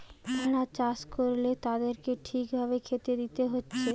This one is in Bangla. ভেড়া চাষ করলে তাদেরকে ঠিক ভাবে খেতে দিতে হতিছে